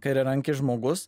kairiarankis žmogus